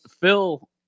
Phil